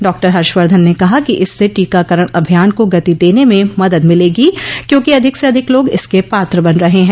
doctor Harshvardhan ने कहा कि इससे टीकाकरण अभियान को गति देने में मदद मिलेगी क्योंकि अधिक से अधिक लोग इसके पात्र बन रहे हैं